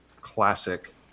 classic